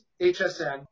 HSN